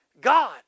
God